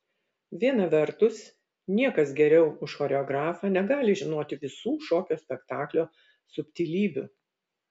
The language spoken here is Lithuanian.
viena vertus niekas geriau už choreografą negali žinoti visų šokio spektaklio subtilybių